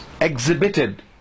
exhibited